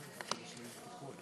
נושא השאילתה: